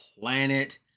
planet